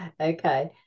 okay